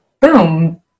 boom